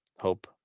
hope